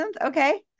Okay